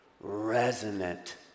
resonant